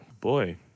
Boy